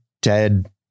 dead